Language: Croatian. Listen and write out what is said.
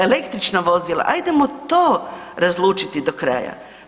Električna vozila ajdemo to razlučiti do kraja.